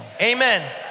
Amen